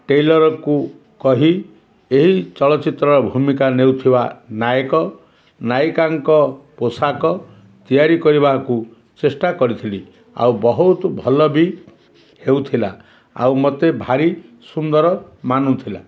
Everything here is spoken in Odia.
ଟେଲର୍କୁ କହି ଏହି ଚଳଚ୍ଚିତ୍ରର ଭୂମିକା ନେଉଥିବା ନାୟକ ନାୟିକାଙ୍କ ପୋଷାକ ତିଆରି କରିବାକୁ ଚେଷ୍ଟା କରିଥିଲି ଆଉ ବହୁତ ଭଲ ବି ହେଉଥିଲା ଆଉ ମତେ ଭାରି ସୁନ୍ଦର ମାନୁଥିଲା